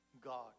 God